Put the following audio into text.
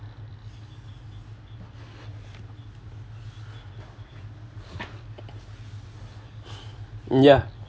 ya